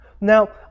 Now